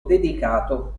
dedicato